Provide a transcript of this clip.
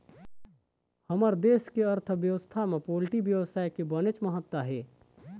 हमर देश के अर्थबेवस्था म पोल्टी बेवसाय के बनेच महत्ता हे